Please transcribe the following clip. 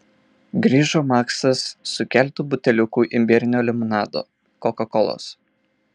grįžo maksas su keletu buteliukų imbierinio limonado kokakolos